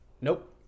Nope